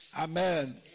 Amen